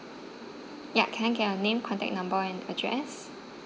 ya can I get your name contact number and address